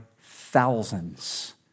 thousands